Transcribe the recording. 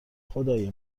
خدای